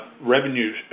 revenue